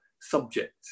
subject